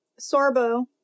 Sorbo